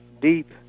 deep